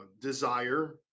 desire